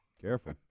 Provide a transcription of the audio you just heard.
Careful